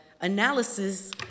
analysis